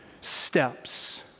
steps